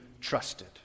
trusted